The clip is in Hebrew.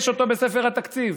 יש אותו בספר התקציב.